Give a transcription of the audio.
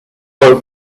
marked